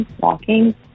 walking